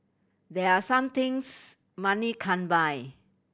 there are some things money can't buy